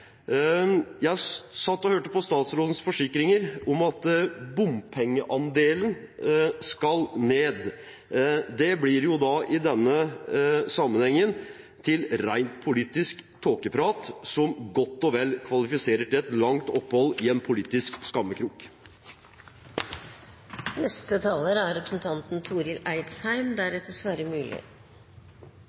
Jeg satt og hørte på statsrådens forsikringer om at bompengeandelen skal ned. Det blir jo i denne sammenheng til rent politisk tåkeprat, som godt og vel kvalifiserer til et langt opphold i en politisk